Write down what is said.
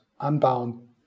unbound